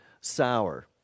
sour